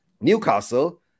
Newcastle